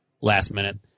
last-minute